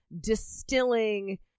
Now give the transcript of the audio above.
distilling